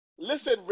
Listen